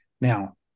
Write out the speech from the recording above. Now